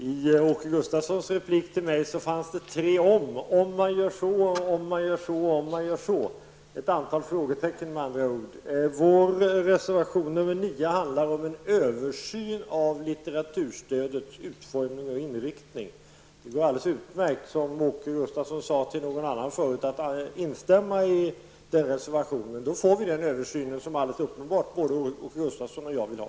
Fru talman! I Åke Gustavssons replik till mig fanns det tre om -- om man gör så, om man gör så och om man gör så. Det var med andra ord ett antal frågetecken. Vår reservation, nr 9, handlar om en översyn av litteraturstödets utformning och inriktning. Det går alldeles utmärkt att instämma i den reservationen. Så uttryckte sig också Åke Gustavsson tidigare till en annan talare. Då får vi den översyn som uppenbarligen både Åke Gustavsson och jag vill ha.